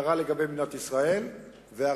הערה לגבי מדינת ישראל והערה,